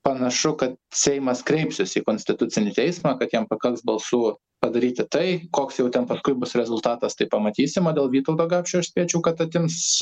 panašu kad seimas kreipsis į konstitucinį teismą kad jam pakaks balsų padaryti tai koks jau ten paskui bus rezultatas tai pamatysim o dėl vytauto gapšio aš spėčiau kad atims